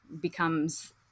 becomes